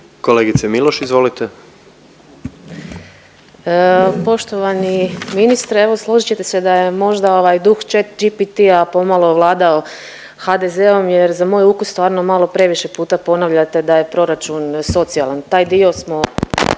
Jelena (Možemo!)** Poštovani ministre. Evo složit ćete se da je možda ovaj duh ChatGPT-a pomalo ovladao HDZ-om jer za moj ukus stvarno malo previše puta ponavljate da je proračun socijalan. Taj dio smo